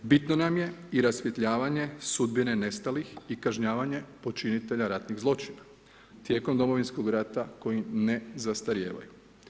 Bitno nam je i rasvjetljavanje sudbine nestalih i kažnjavanje počinitelja ratnih zločina tijekom Domovinskog rata koji ne zastarijevaju.